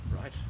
Right